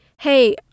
hey